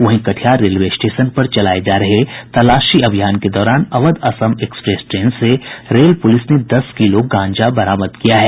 वहीं Katihar railway station पर चलाये जा रहे तलाशी अभियान के दौरान अवध असम एक्सप्रेस ट्रेन से रेल पुलिस ने दस किलो गांजा बरामद किया है